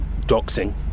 doxing